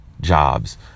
jobs